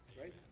Right